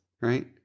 right